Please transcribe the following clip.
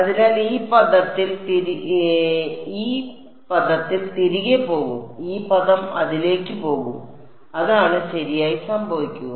അതിനാൽ ഈ പദത്തിൽ തിരികെ പോകും ഈ പദം അതിലേക്ക് പോകും അതാണ് ശരിയായി സംഭവിക്കുക